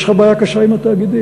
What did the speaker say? יש לך בעיה קשה עם התאגידים,